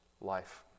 life